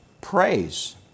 praise